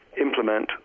implement